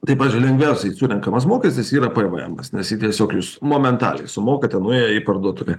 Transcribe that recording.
taip pats lengviausiai surenkamas mokestis yra pvemas nes jį tiesiog jūs momentaliai sumokate nuėję į parduotuvę